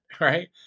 right